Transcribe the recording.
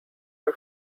her